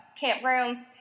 campgrounds